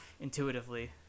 intuitively